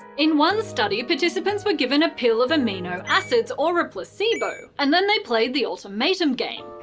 in one study, participants were given a pill of amino acids or a placebo, and then they played the ultimatum game.